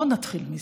בוא נתחיל מזה.